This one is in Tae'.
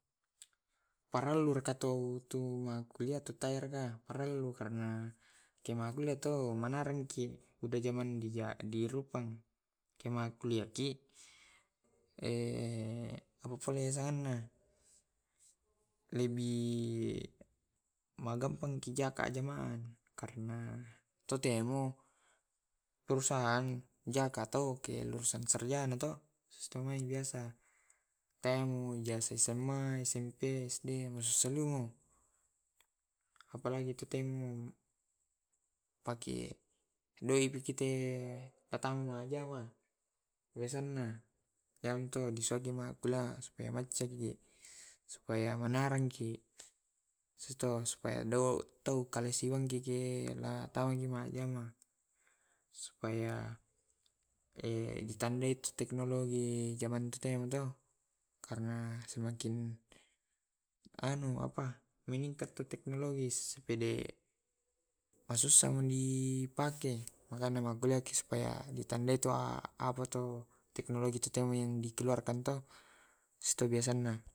Parallur ri katau tu makkullia tu taraiga parelu karena ke makkullia tu manarang ki uda jaman di-di rupang. Ke makkulliah ki abu pole sana lebih, magampangki jaka ajamang karena totemu perusahaan jaka tau ke lulusan sarjana to sitemai biasa. Te mu jasa sma, smp, sd selumo. Apalagi ku tutemu pake due ki te matamba majama biasanna. Iyamto disoaki makkullia supaya maccaki supaya manarangki. Susto supaya de tau kalewansing keke la majjama, supaya ditandai teknologi jamanta na to. Karena semakin anu apa semakin meningkat tuh teknologi sepede masusah mandi di pake. Makana makkulliaki supaya di tandai tu apa to teknologi to temo dikeluarkan to.